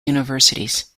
universities